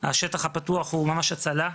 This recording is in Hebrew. השטח הפתוח הוא ממש הצלה.